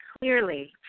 clearly